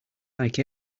like